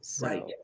Right